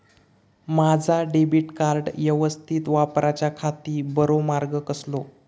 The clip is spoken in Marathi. माजा डेबिट कार्ड यवस्तीत वापराच्याखाती बरो मार्ग कसलो?